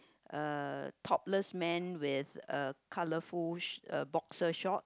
uh topless man with a colourful sh~ uh boxer short